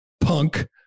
punk